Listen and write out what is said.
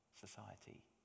society